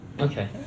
Okay